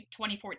2014